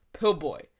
Pillboy